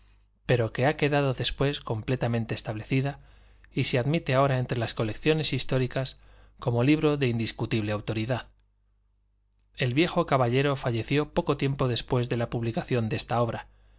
pero que ha quedado después completamente establecida y se admite ahora entre las colecciones históricas como libro de indiscutible autoridad el viejo caballero falleció poco tiempo después de la publicación de esta obra